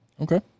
Okay